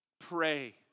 pray